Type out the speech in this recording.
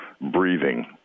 breathing